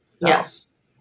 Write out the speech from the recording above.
yes